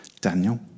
Daniel